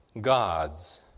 God's